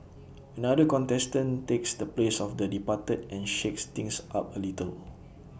another contestant takes the place of the departed and shakes things up A little